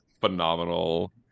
phenomenal